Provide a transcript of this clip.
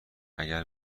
اگر